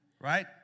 Right